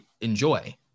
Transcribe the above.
enjoy